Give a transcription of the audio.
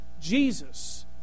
Jesus